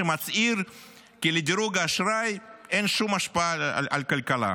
שמצהיר כי לדירוג האשראי אין שום השפעה על כלכלה,